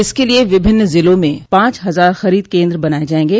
इसके लिए विभिन्न जिलों में पांच हजार खरीद केन्द्र बनाये जायेंगे